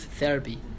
therapy